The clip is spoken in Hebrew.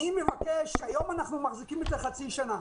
אני מבקש היום אנחנו מחזיקים את זה חצי שנה.